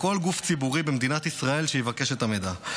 לכל גוף ציבורי במדינת ישראל שיבקש את המידע,